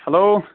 hello